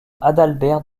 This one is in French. adalbert